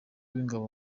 w’ingabo